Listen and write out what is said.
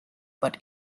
but